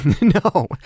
No